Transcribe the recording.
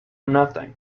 nothing